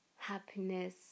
happiness